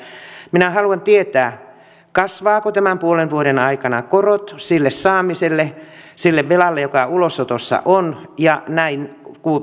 minä haluan tietää kasvavatko tämän puolen vuoden aikana korot sille saamiselle sille velalle joka ulosotossa on ja näin